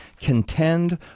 contend